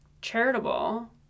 charitable